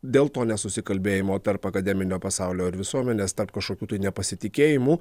dėl to nesusikalbėjimo tarp akademinio pasaulio visuomenes tarp kažkokių tai nepasitikėjimų